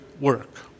work